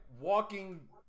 walking